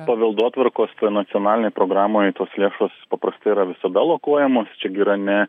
paveldotvarkos toj nacionalinėj programoj tos lėšos paprastai yra visada lakuojamos čia gi yra ne